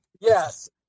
Yes